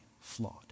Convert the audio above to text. flawed